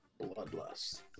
Bloodlust